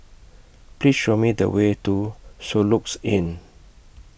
Please Show Me The Way to Soluxe Inn